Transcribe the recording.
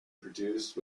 produced